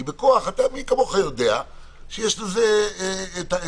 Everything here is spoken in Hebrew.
כי בכוח, מי כמוך יודע, יש לזה ---.